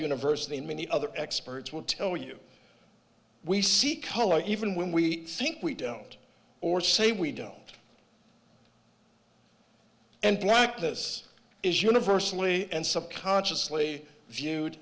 university and many other experts will tell you we see color even when we think we don't or say we don't and black this is universally and subconsciously viewed